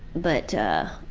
but ah